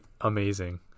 amazing